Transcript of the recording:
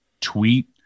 tweet